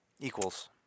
equals